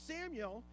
Samuel